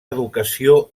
educació